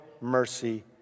mercy